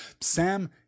Sam